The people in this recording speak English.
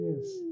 Yes